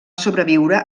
sobreviure